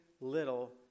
little